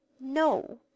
No